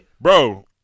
Bro